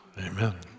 Amen